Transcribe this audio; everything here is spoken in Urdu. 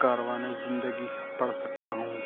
کاروانِ زندگی پڑھ سکتا ہوں